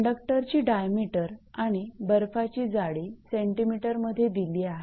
कंडक्टरची डायमीटर आणि बर्फाची जाडी सेंटीमीटर मध्ये दिली आहे